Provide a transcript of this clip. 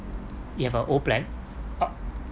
if you have a old plan